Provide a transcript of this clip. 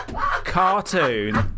cartoon